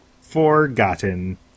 Forgotten